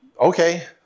okay